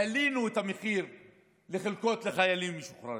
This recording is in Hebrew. העלינו את המחיר לחלקות לחיילים משוחררים.